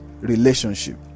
relationship